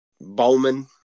Bowman